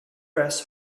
dress